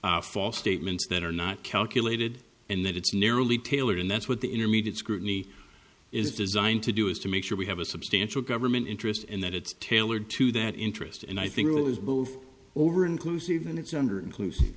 to false statements that are not calculated and that it's narrowly tailored and that's what the intermediate scrutiny is designed to do is to make sure we have a substantial government interest in that it's tailored to that interest and i think over inclusive and it's under inclusive